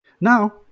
Now